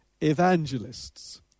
evangelists